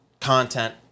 content